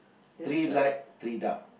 three light three dark